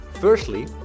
Firstly